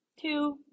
Two